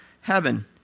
heaven